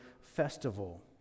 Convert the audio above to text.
festival